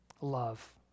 Love